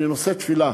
אני נושא תפילה